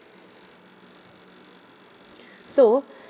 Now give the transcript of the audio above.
so